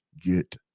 get